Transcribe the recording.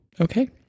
Okay